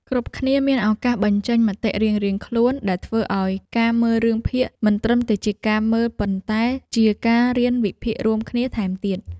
គ្រប់គ្នាមានឱកាសបញ្ចេញមតិរៀងៗខ្លួនដែលធ្វើឱ្យការមើលរឿងភាគមិនត្រឹមតែជាការមើលប៉ុន្តែជាការរៀនវិភាគរួមគ្នាថែមទៀត។